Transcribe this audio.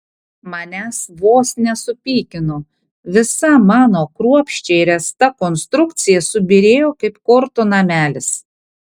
manęs vos nesupykino visa mano kruopščiai ręsta konstrukcija subyrėjo kaip kortų namelis